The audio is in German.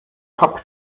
top